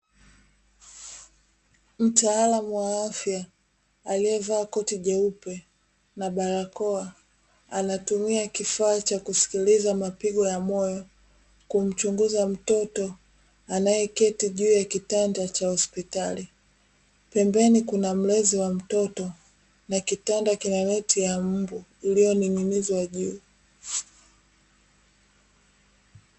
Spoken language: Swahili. Mtaalam wa afya aliyevaa koti jeupe na barakoa, anatumia kifaa cha kusikiliza mapigo ya moyo, kumchunguza mtoto aliyeketi juu ya kitanda cha hospitali. Pembeni kuna mlezi wa mtoto na kitanda kina neti ya mbu iliyoning'inizwa juu.